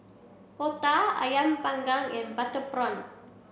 Otah Ayam panggang and butter prawn